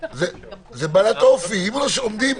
בעלת אופי של התקהלות.